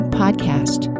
podcast